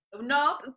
No